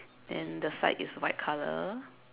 then the side is white colour